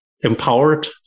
empowered